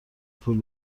پول